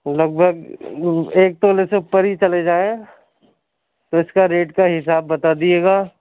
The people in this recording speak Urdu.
لگ بھگ ایک تولے سے اوپر ہی چلے جائیں تو اِس کا ریٹ کا حساب بتا دیجیے گا